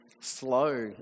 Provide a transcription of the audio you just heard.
slow